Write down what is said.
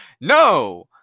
no